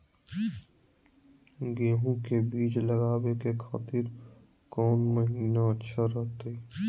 गेहूं के बीज लगावे के खातिर कौन महीना अच्छा रहतय?